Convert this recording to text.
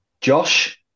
Josh